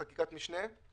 זו חקיקת משנה,